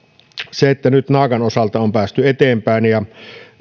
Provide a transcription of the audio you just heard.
nyt naakan osalta on päästy eteenpäin ja